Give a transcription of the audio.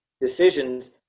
decisions